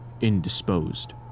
indisposed